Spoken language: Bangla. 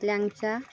ল্যাংচা